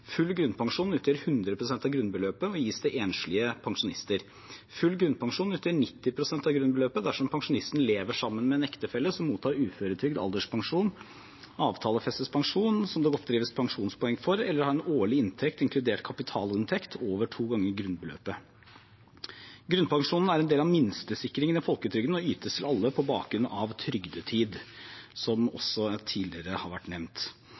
Full grunnpensjon utgjør 100 pst. av grunnbeløpet og gis til enslige pensjonister. Full grunnpensjon utgjør 90 pst. av grunnbeløpet dersom pensjonisten lever sammen med en ektefelle som mottar uføretrygd eller alderspensjon, avtalefestet pensjon som det godskrives pensjonspoeng for, eller har en årlig inntekt, inkludert kapitalinntekt, over to ganger grunnbeløpet. Grunnpensjonen er en del av minstesikringen i folketrygden og ytes til alle på bakgrunn av trygdetid, som også tidligere har vært nevnt.